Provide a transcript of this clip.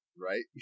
Right